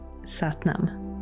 Satnam